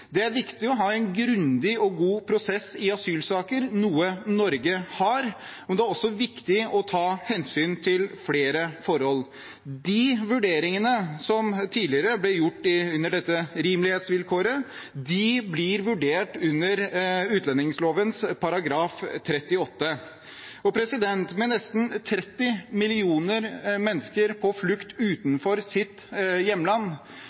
Det er viktig å ha en grundig og god prosess i asylsaker, noe Norge har, men det er også viktig å ta hensyn til flere forhold. De vurderingene som tidligere ble gjort under dette rimelighetsvilkåret, blir vurdert under utlendingsloven § 38. Med nesten 30 millioner mennesker på flukt utenfor sitt hjemland